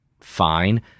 fine